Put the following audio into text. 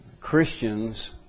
Christians